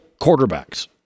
quarterbacks